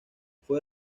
fue